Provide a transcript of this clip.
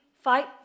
fight